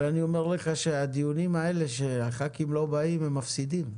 אבל אני אומר לך שהדיונים האלה שהח"כים לא באים הם מפסידים.